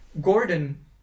Gordon